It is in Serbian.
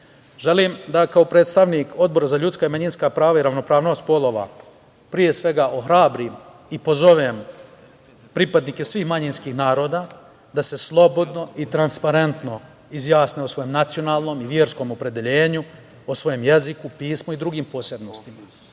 Želim da kao predstavnik Odbora za ljudska i manjinska prava i ravnopravnost polova, pre svega ohrabrim i pozovem pripadnike svih manjinskih naroda, da se slobodno i transparentno izjasne o svom nacionalnom i verskom opredeljenju, o svom jeziku i pismu i drugim posebnostima. To